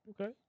Okay